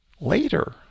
Later